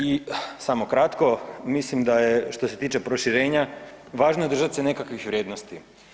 I samo kratko, mislim da je što se tiče proširenja važno je držat se nekih vrijednosti.